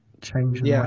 change